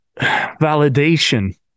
validation